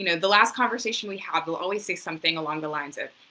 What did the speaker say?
you know the last conversation we have will always say something along the lines of,